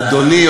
אדוני,